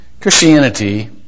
Christianity